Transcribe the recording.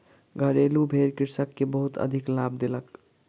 घरेलु भेड़ कृषक के बहुत अधिक लाभ देलक